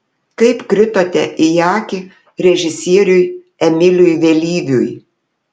kaip kritote į akį režisieriui emiliui vėlyviui